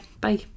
Bye